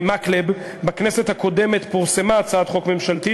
בכנסת הקודמת פורסמה הצעת חוק ממשלתית,